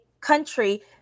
country